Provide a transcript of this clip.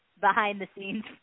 behind-the-scenes